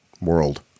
world